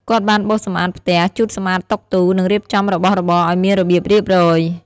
គាត់បានបោសសម្អាតផ្ទះ ជូតសម្អាតតុទូ និងរៀបចំរបស់របរឲ្យមានរបៀបរៀបរយ។